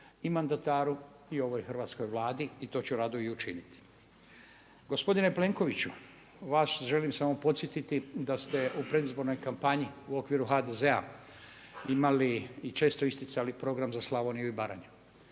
i mandataru i ovoj hrvatskoj Vladi i to ću rado i učiniti. Gospodine Plenkoviću, vas želim samo podsjetiti da ste u predizbornoj kampanji u okviru HDZ-a imali i često isticali program za Slavoniju i Baranju.